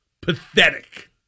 pathetic